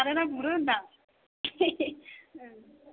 सारोना गुरो होनदों आं